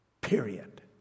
period